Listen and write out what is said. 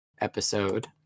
episode